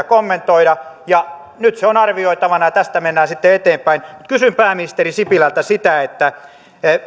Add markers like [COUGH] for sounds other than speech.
[UNINTELLIGIBLE] kommentoida nyt se on arvioitavana ja tästä mennään sitten eteenpäin kysyn pääministeri sipilältä